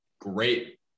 great